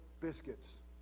biscuits